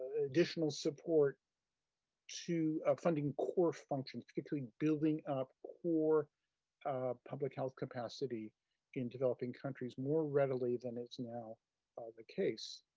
additional support to funding core functions between building up core public health capacity in developing countries more readily than is now the case.